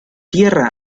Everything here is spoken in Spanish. tierra